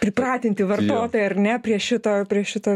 pripratinti vartotoją ar ne prie šito prie šito